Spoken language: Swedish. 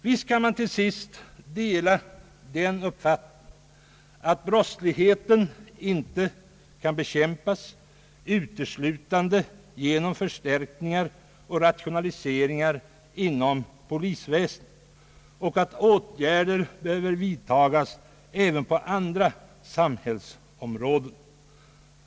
Visst kan man dela uppfattningen, att brottsligheten inte kan bekämpas uteslutande genom förstärkningar och rationaliseringar inom «polisväsendet utan att åtgärder behöver vidtagas även på andra samhällsområden.